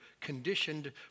conditioned